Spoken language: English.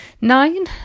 nine